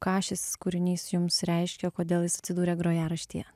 ką šis kūrinys jums reiškia kodėl jis atsidūrė grojaraštyje